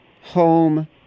Home